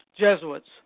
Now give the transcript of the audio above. Jesuits